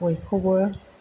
बयखौबो